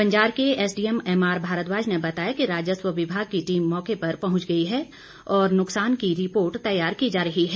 बंजार के SDM MR Bhardwaj ने बताया कि राजस्व विभाग की टीम मौके पर पहुंच गई है और नुकसान की रिपोर्ट तैयार की जा रही है